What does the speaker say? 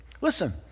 Listen